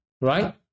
right